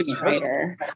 writer